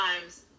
times